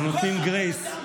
אנחנו נותנים גרייס.